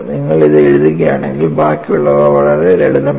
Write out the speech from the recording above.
നിങ്ങൾ ഇത് എഴുതുകയാണെങ്കിൽ ബാക്കിയുള്ളവ വളരെ ലളിതമാണ്